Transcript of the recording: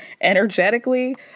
energetically